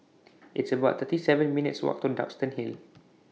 It's about thirty seven minutes' Walk to Duxton Hill